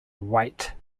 white